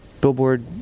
Billboard